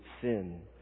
sin